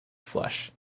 flesh